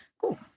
cool